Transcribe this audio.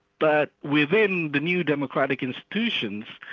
but within the new democratic institutions,